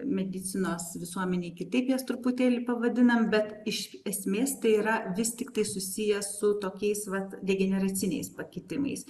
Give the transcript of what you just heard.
medicinos visuomenėj kitaip jas truputėlį pavadinam bet iš esmės tai yra vis tik tai susiję su tokiais vat degeneraciniais pakitimais